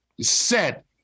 set